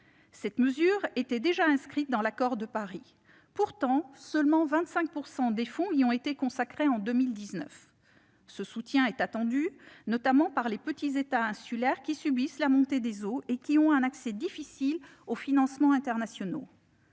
Cette mesure était déjà inscrite dans l'accord de Paris. Pourtant, seulement 25 % des fonds lui ont été consacrés en 2019. Ce soutien est attendu, notamment par les petits États insulaires qui subissent la montée des eaux et qui ont un accès difficile aux financements internationaux.